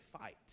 fight